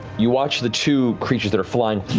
you watch the two creatures that are flying